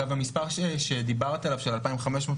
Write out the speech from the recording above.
לא צה"ל,